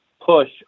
push